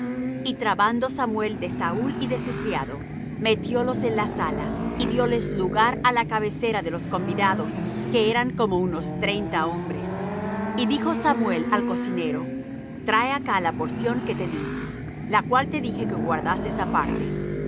y trabando samuel de saúl y de su criado metiólos en la sala y dióles lugar á la cabecera de los convidados que eran como unos treinta hombres y dijo samuel al cocinero trae acá la porción que te dí la cual te dije que guardases aparte